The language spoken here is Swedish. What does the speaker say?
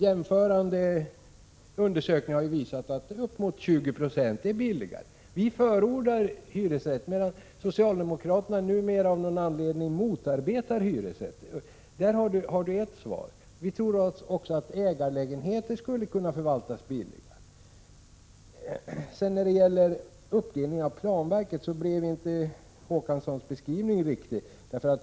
Jämförande undersökningar har ju visat att uppemot 20 26 är billigare. Vi förordar hyresrätt, medan socialdemokraterna numera av någon anledning motarbetar hyresrätt. Där har ni ett svar. Vi tror också att ägarlägenheter skulle kunna förvaltas billigare. När det gäller uppdelning av planverket blev inte Per Olof Håkanssons beskrivning riktig.